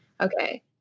Okay